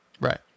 Right